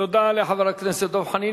תודה לחבר הכנסת דב חנין.